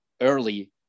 early